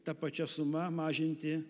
ta pačia suma mažinti